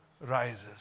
rises